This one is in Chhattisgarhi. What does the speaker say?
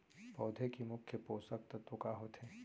पौधे के मुख्य पोसक तत्व का होथे?